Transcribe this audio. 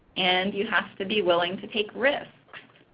and you have to be willing to take risks.